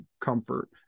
comfort